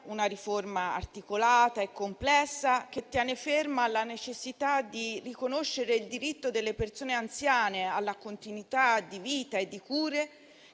Una riforma articolata e complessa, che tiene ferma la necessità di riconoscere il diritto delle persone anziane alla continuità di vita e di cure,